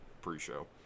pre-show